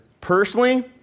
Personally